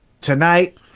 tonight